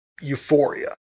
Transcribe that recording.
euphoria